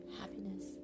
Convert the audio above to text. happiness